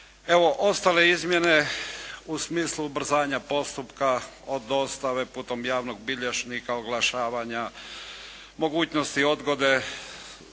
Evo, ostale izmjene u smislu ubrzanja postupka od dostave putem javnog bilježnika, oglašavanja, mogućnosti odgode